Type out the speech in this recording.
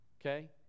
okay